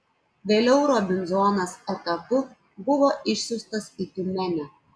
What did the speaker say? vėliau robinzonas etapu buvo išsiųstas į tiumenę